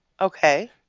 Okay